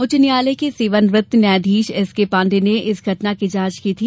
उच्च न्यायालय के सेवानिवृत्त न्यायाधीश एसके पांडे ने इस घटना की जांच की थी